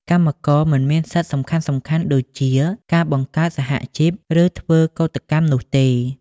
កម្មករមិនមានសិទ្ធិសំខាន់ៗដូចជាការបង្កើតសហជីព ឬធ្វើកូដកម្មនោះទេ។